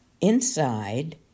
inside